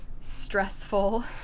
stressful